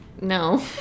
No